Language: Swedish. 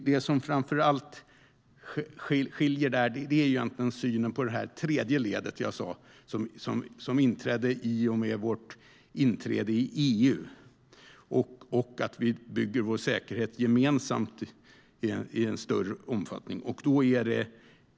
Det som framför allt skiljer är synen på det tredje ledet, som jag nämnde. Det inleddes i och med vårt inträde i EU och innebär att vi i större omfattning bygger vår säkerhet gemensamt.